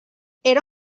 era